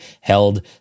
held